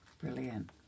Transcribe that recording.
Brilliant